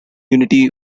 unity